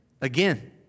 again